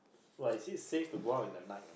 but is it safe to go out in the night